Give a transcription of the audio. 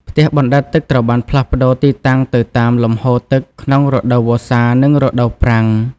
ផ្ទះបណ្តែតទឹកត្រូវបានផ្លាស់ប្តូរទីតាំងទៅតាម លំហូរទឹក ក្នុងរដូវវស្សានិងរដូវប្រាំង។